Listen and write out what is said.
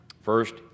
First